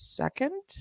second